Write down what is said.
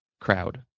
crowd